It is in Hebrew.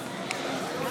קנסות,